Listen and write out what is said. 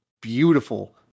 beautiful